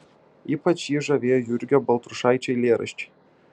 ypač jį žavėjo jurgio baltrušaičio eilėraščiai